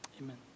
amen